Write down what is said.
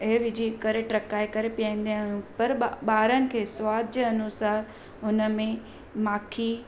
हे विझी करे टहिकाए करे पीआईंदा आहियूं पर ॿ ॿारनि खे सवाद जे अनुसार हुनमें माखी